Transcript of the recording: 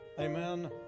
Amen